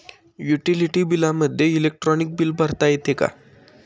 Utility बिलामध्ये electronic bill भरता येते का?